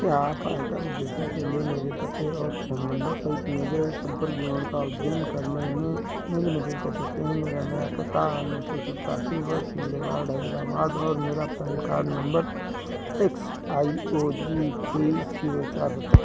क्या आप आयकर उद्देश्यों के लिए मेरे पते और फ़ोन नम्बर सहित मेरे सम्पर्क विवरण का अद्यतन करने में मेरी मदद कर सकते हैं मेरा नया पता नौ सौ सत्तासी बर्च बुलेवार्ड हैदराबाद और मेरा PAN card number X I O G तेइस ज़ीरो चार सात